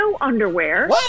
underwear